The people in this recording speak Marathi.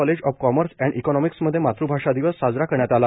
कॉलेज ऑफ कॉमर्स एव्ड इकॉनॉमिक्समध्ये मातृभाषा दिवस साजरा करण्यात आला